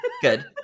Good